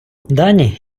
дані